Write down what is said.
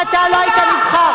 ואתה לא היית נבחר,